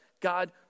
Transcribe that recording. God